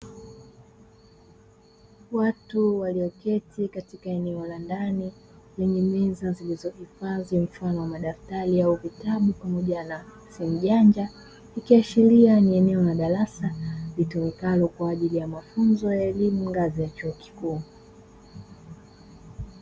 Watu walioketi katika eneo la ndani lenye meza zilizohifadhi mfano wa madaftari au vitabu pamoja na simu janja, ikiashiria ni eneo la darasa litumikalo kwaajili ya mafunzo ya elimu ngazi ya chuo kikuu.